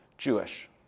Jewish